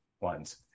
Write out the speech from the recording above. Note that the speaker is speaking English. ones